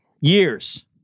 years